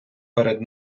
перед